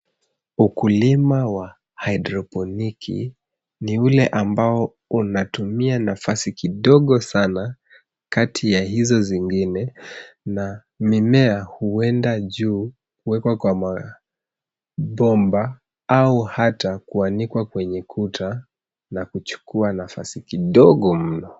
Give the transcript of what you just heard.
Ukulima wa haidrofoniki ni ule ambao unatumia nafasi kidogo sana, kati ya hizo zingine na minea huenda juu huwekwa kwa mbomba au hata kuanikwa kwenye kuta na kuchukua nafasi kidogo mno.